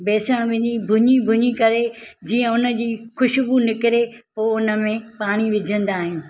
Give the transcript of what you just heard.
बेसणु विनी भुंजी भुंजी करे जीअं हुन जी ख़ुशबू निकिरे पोइ हुनमें पाणी विझंदा आहियूं